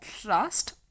trust